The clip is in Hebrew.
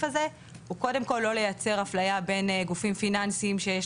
הזה הוא קודם כל לא לייצר אפליה בין גופים פיננסים שיש